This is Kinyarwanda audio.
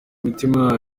imitima